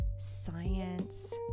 science